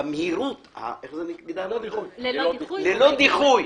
ש'ללא דיחוי'